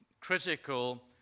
critical